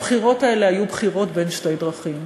הבחירות האלה היו בחירות בין שתי דרכים.